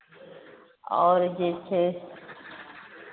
आओर जे छै